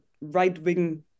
right-wing